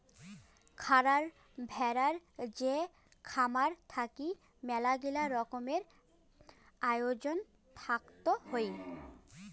খারার ভেড়ার যে খামার থাকি মেলাগিলা রকমের আয়োজন থাকত হই